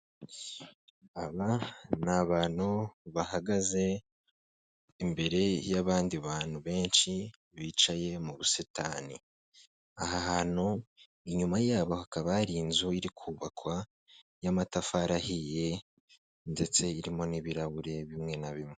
Aba ni abantu bahagaze imbere y'abandi bantu benshi bicaye mu busitani aha hantu inyuma yabo hakaba hari inzu iri kubakwa y'amatafari ahiye ndetse irimo n'ibirahure bimwe na bimwe.